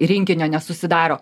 rinkinio nesusidaro